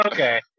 Okay